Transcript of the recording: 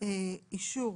אישור